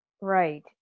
Right